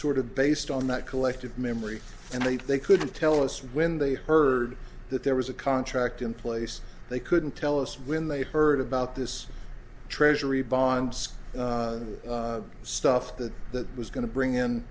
sort of based on that collective memory and they couldn't tell us when they heard that there was a contract in place they couldn't tell us when they heard about this treasury bonds stuff that that was going to bring in